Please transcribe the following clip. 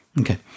Okay